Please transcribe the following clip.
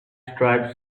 striped